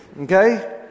Okay